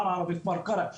ערערה וכפר קרע.